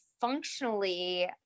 functionally